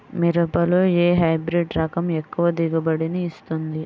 మిరపలో ఏ హైబ్రిడ్ రకం ఎక్కువ దిగుబడిని ఇస్తుంది?